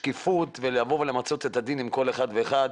לשקיפות ולמצות את הדין עם כל אחד ואחד.